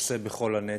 נושא בכל הנטל.